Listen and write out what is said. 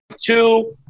two